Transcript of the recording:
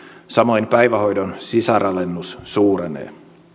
samoin päivähoidon sisaralennus suurenee